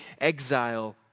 exile